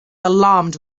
alarmed